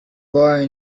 boy